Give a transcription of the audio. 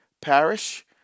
Parish